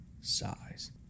size